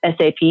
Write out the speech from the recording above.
SAP